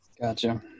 Gotcha